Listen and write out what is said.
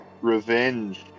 revenge